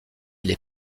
les